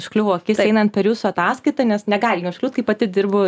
užkliuvo einant per jūsų ataskaitą nes negali neužkliūt kai pati dirbu